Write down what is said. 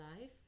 life